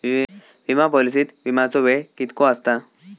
विमा पॉलिसीत विमाचो वेळ कीतको आसता?